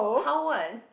how what